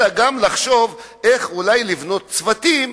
אלא גם לחשוב איך אולי לבנות צוותים,